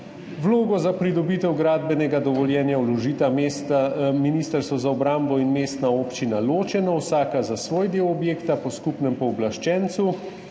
Vlogo za pridobitev gradbenega dovoljenja vložita Ministrstvo za obrambo in mestna občina ločeno, vsak za svoj del objekta po skupnem pooblaščencu.